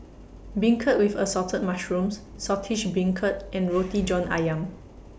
Beancurd with Assorted Mushrooms Saltish Beancurd and Roti John Ayam